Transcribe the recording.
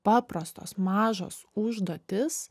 paprastos mažos užduotys